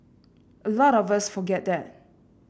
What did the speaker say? a lot of us forget that